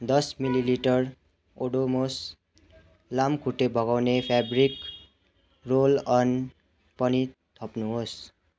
दस millilitre Odomos लामखुट्टे भगाउने फेब्रिक रोल अन पनि थप्नु होस्